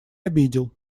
обидел